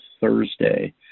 thursday